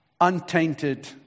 untainted